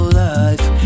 life